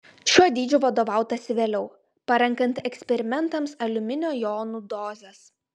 šiuo dydžiu vadovautasi vėliau parenkant eksperimentams aliuminio jonų dozes